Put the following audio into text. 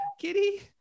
Kitty